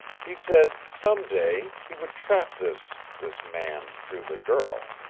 he said some day he would trap this this man through the girl.